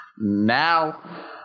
now